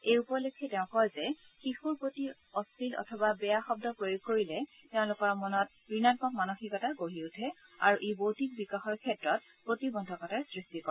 এই উপলক্ষে তেওঁ কয় যে শিশুৰ প্ৰতি অশ্লীল অথবা বেয়া শব্দ প্ৰয়োগ কৰিলে তেওঁলোকৰ মনত ঋণামক মানসিকতা গঢ়ি উঠে আৰু ই বৌদ্ধিক বিকাশৰ ক্ষেত্ৰত প্ৰতিবন্ধকতাৰ সৃষ্টি কৰে